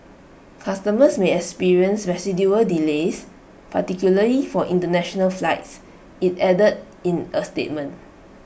customers may experience residual delays particularly for International flights IT added in A statement